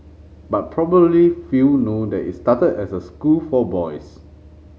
but probably few know that it started as a school for boys